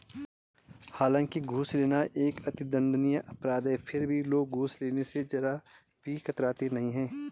हालांकि घूस लेना एक अति दंडनीय अपराध है फिर भी लोग घूस लेने स जरा भी कतराते नहीं है